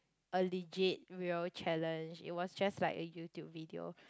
a legit real challenge it was just like a YouTube video